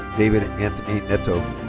david anthony netto.